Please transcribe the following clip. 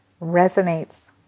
resonates